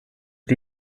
phd